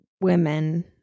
women